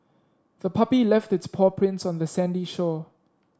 the puppy left its paw prints on the sandy shore